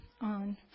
on